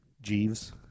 Jeeves